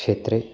क्षेत्रे